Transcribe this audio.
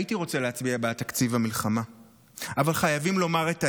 הייתי רוצה להצביע בעד תקציב המלחמה אבל חייבים לומר את האמת: